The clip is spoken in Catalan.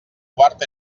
quart